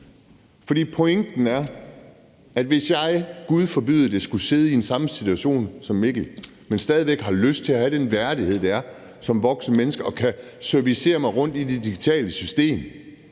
For pointen er, at hvis jeg, gud forbyde det, skulle sidde i samme situation som Mikkel og stadig væk have lyst til at have den værdighed, det er som voksent menneske at kunne navigere rundt i det digitale system,